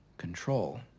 control